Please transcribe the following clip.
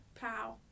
pow